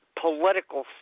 political